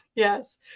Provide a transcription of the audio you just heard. Yes